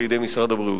לידי משרד הבריאות.